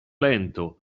lento